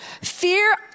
Fear